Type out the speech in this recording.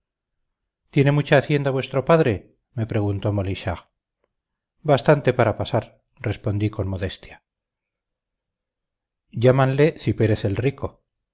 tiene mucha hacienda vuestro padre me preguntó molichard bastante para pasar respondí con modestia llámanle cipérez el rico